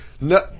No